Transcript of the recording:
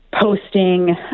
posting